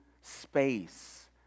space